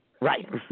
Right